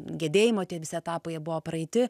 gedėjimo tie visi etapai buvo praeiti